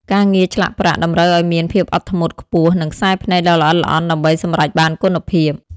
ការងារឆ្លាក់ប្រាក់តម្រូវឱ្យមាន ភាពអត់ធ្មត់ ខ្ពស់ និងខ្សែភ្នែកដ៏ល្អិតល្អន់ដើម្បីសម្រេចបានគុណភាព។